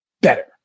better